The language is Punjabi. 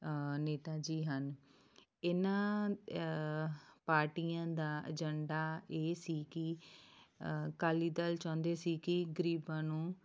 ਨੇਤਾ ਜੀ ਹਨ ਇਹਨਾਂ ਪਾਰਟੀਆਂ ਦਾ ਏਜੰਡਾ ਇਹ ਸੀ ਕਿ ਅਕਾਲੀ ਦਲ ਚਾਹੁੰਦੇ ਸੀ ਕਿ ਗਰੀਬਾਂ ਨੂੰ